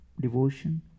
devotion